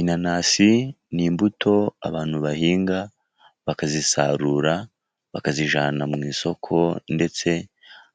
Inanasi ni imbuto abantu bahinga, bakazisarura bakazijyana mu isoko, ndetse